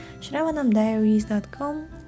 shravanamdiaries.com